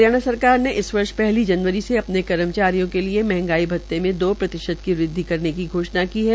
हरियाणा सरकार इस वर्ष पहली जनवरी से अपने कर्मचारियों के लिए मंहगाई भत्ते में दो प्रतिशत की वृद्वि करने की घोषणा की है